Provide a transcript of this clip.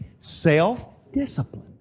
self-discipline